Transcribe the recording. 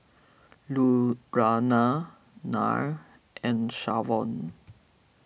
Lurana Nya and Shavon